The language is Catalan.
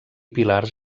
pilars